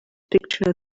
picture